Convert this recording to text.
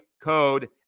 code